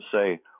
say